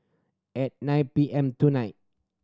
at nine P M tonight